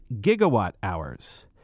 gigawatt-hours